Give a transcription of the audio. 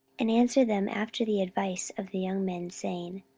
and answered them after the advice of the young men, saying,